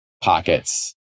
pockets